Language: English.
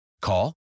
Call